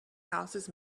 houses